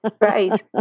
right